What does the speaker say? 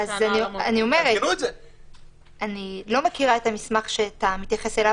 אני לא מכירה את המסמך שאתה מתייחס אליו